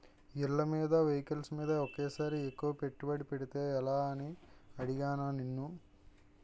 ఇళ్ళమీద, వెహికల్స్ మీద ఒకేసారి ఎక్కువ పెట్టుబడి పెడితే ఎలా అని అడిగానా నిన్ను